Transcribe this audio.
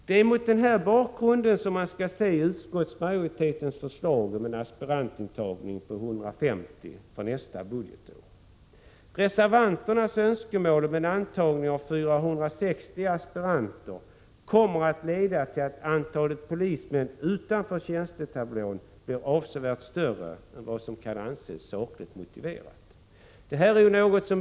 Det är mot den här bakgrunden som man skall se utskottsmajoritetens förslag om en aspirantantagning på 150 personer för nästa budgetår. Reservanternas önskemål om en antagning av 460 aspiranter skulle komma att leda till att antalet polismän utanför tjänstetablån skulle bli avsevärt större än vad som kan anses sakligt motiverat.